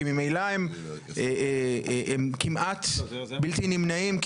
כי ממילא הם כמעט בלתי נמנעים,